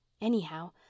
Anyhow